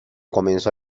comienzo